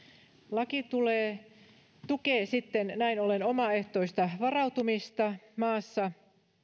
laki tukee näin ollen omaehtoista varautumista maassa